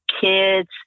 kids